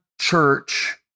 church